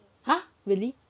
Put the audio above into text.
really